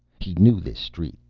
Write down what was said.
he knew this street,